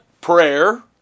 prayer